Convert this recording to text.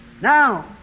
Now